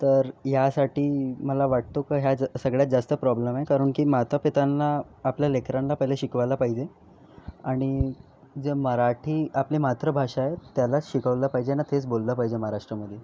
तर यासाठी मला वाटतो की हा सगळ्यात जास्त प्रॉब्लेम आहे कारण की मातापित्यांना आपल्या लेकरांना पहिले शिकवायला पाहिजे आणि जे मराठी आपली मातृभाषा आहे त्याला शिकवलं पाहिजे आणि तेच बोललं पाहिजे महाराष्ट्रामध्ये